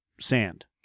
sand